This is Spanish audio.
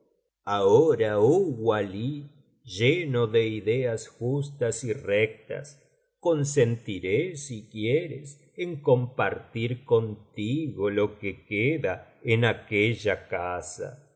ahora oh walí lleno de ideas justas y rectas consentiré si quieres en compartir contigo lo que queda en aquella casa